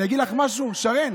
שאגיד לך משהו, שרן?